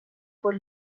por